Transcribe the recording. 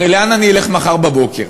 הרי לאן אני אלך מחר בבוקר?